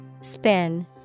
Spin